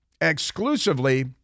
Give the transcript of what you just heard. exclusively